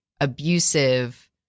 abusive